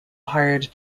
hired